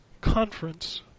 Conference